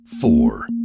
four